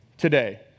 Today